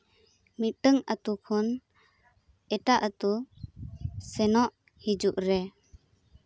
ᱢᱤᱫᱴᱟᱹᱝ ᱟᱛᱳ ᱠᱷᱚᱱ ᱮᱴᱟᱜ ᱟᱛᱳ ᱥᱮᱱᱚᱜ ᱦᱤᱡᱩᱜ ᱨᱮ